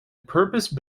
purpose